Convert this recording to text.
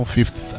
Fifth